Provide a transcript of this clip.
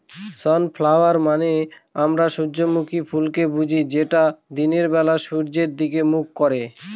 sunflower মানে আমরা সূর্যমুখী ফুলকে বুঝি যেটা দিনের বেলা সূর্যের দিকে মুখ করে